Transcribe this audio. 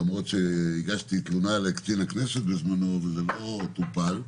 למרות שהגשתי תלונה קצין הכנסת בזמנו וזה לא טופל.